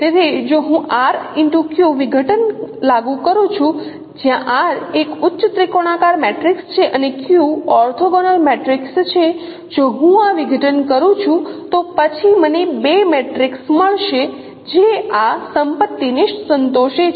તેથી જો હું RQ વિઘટન લાગુ કરું છું જ્યાં R એક ઉચ્ચ ત્રિકોણાકાર મેટ્રિક્સ છે અને Q ઓર્થોગોનલ મેટ્રિક્સ છે જો હું આ વિઘટન કરું છું તો પછી મને બે મેટ્રિક્સ મળશે જે આ સંપત્તિ ને સંતોષે છે